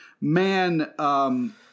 man